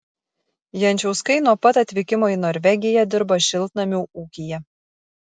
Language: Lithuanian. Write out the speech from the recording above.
jančauskai nuo pat atvykimo į norvegiją dirba šiltnamių ūkyje